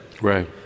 right